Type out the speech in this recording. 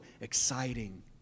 exciting